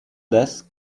desk